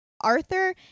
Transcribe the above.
Arthur